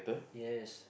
yes